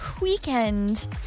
weekend